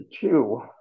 two